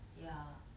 ya